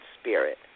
spirit